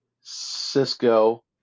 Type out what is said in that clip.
Cisco